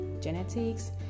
genetics